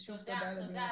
ושוב, תודה על הדיון החשוב.